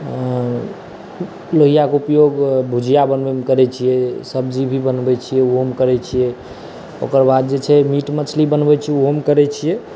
लोहिया के उपयोग भुजिया बनबै मे करै छियै सब्जी भी बनबै छियै ओहो मे करै छियै ओकरबाद जे छै मीट मछली बनबै छियै ओहो मे करै छियै